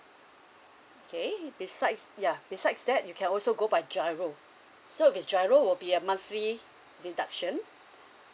okay besides yeah besides that you can also go by giro so if it's giro will be a monthly deduction